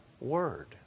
word